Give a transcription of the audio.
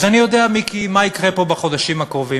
אז אני יודע, מיקי, מה יקרה פה בחודשים הקרובים.